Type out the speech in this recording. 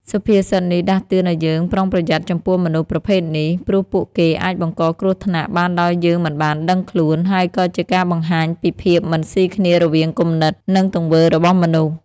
សុភាសិតនេះដាស់តឿនឱ្យយើងប្រុងប្រយ័ត្នចំពោះមនុស្សប្រភេទនេះ ព្រោះពួកគេអាចបង្កគ្រោះថ្នាក់បានដោយយើងមិនបានដឹងខ្លួន ហើយក៏ជាការបង្ហាញពីភាពមិនស៊ីគ្នារវាងគំនិត និងទង្វើរបស់មនុស្ស។